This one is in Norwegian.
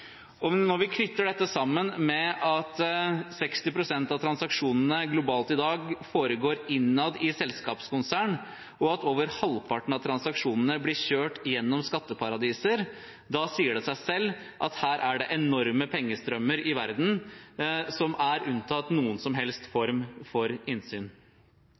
transaksjonene globalt i dag foregår innad i selskapskonsern, og at over halvparten av transaksjonene blir kjørt gjennom skatteparadiser, sier det seg selv at her er det enorme pengestrømmer i verden som er unntatt alle former for innsyn.